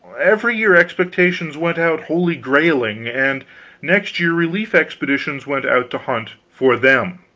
every year expeditions went out holy grailing, and next year relief expeditions went out to hunt for them.